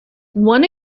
one